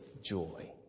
joy